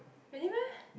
really meh